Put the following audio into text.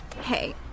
Hey